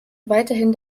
weiterhin